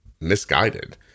misguided